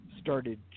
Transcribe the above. started